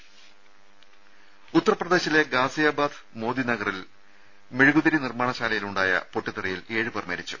ദേദ ഉത്തർപ്രദേശിലെ ഗാസിയാബാദ് മോദി നഗറിൽ മെഴുകുതിരി നിർമ്മാണശാലയിലുണ്ടായ പൊട്ടിത്തെറിയിൽ ഏഴുപേർ മരിച്ചു